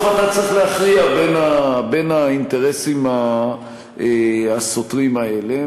אתה צריך להכריע בין האינטרסים הסותרים האלה.